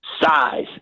size